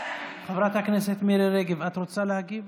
חברת הכנסת מירי רגב, את רוצה להגיב?